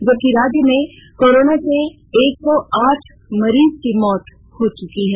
जबकि राज्य में कोरोना से एक सौ आठ मरीज की मौत हुई है